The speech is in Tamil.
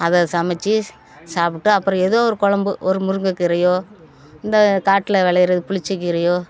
அதை சமைச்சி சாப்பிட்டு அப்புறம் ஏதோ ஒரு கொழம்பு ஒரு முருங்கக்கீரையோ இந்த காட்டில விளையிற புளிச்ச கீரையோ